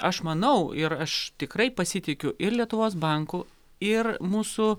aš manau ir aš tikrai pasitikiu ir lietuvos banku ir mūsų